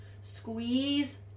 Squeeze